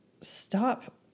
stop